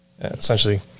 essentially